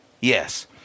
Yes